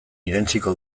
irentsiko